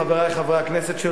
חברי חברי הכנסת,